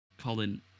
colin